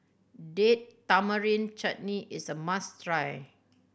Date Tamarind Chutney is a must try